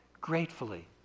gratefully